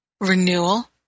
renewal